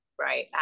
Right